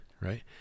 right